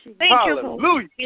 Hallelujah